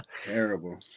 terrible